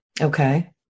Okay